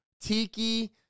Tiki